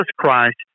Christ